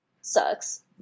sucks